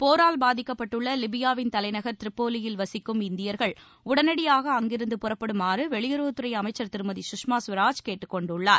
போரால் பாதிக்கப்பட்டுள்ள லிபியாவின் தலைநகர் திரிபோலியில் வசிக்கும் இந்தியர்கள் உடனடியாக அங்கிருந்து புறப்படுமாறு வெளியுறவுத்துறை அமைச்சர் திருமதி சுஷ்மா சுவராஜ் கேட்டுக்கொண்டுள்ளார்